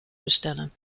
bestellen